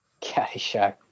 Caddyshack